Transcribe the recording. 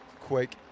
quick